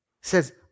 says